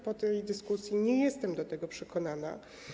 Po tej dyskusji nie jestem do tego przekonana.